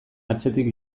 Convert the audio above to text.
atzetik